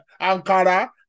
Ankara